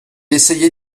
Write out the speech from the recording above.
essayait